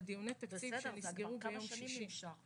על דיוני תקציב שנסגרו ביום שישי.